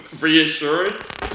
reassurance